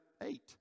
eight